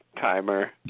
timer